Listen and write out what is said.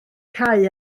cau